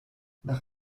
nach